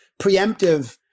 Preemptive